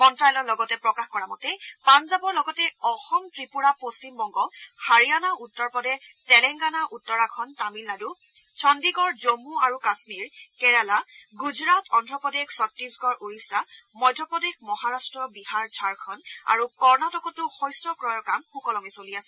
মন্ত্ৰ্যালয়ে লগতে প্ৰকাশ কৰা মতে পাঞ্জাবৰ লগতে অসম ত্ৰিপুৰা পশ্চিম বংগ হাৰিয়ানা উত্তৰ প্ৰদেশ তেলেংগানা উত্তৰাখণ্ড তামিলনাডু চণ্ডিগড় জন্মু আৰু কাশ্মীৰ কেৰালা গুজৰাট অন্ধ্ৰপ্ৰদেশ ছট্টিশগড় ওড়িশা মধ্যপ্ৰদেশ মহাৰাট্ট বিহাৰ ঝাৰখণ্ড আৰু কৰ্ণাটকতো শস্য ক্ৰয়ৰ কাম সুকলমে চলি আছে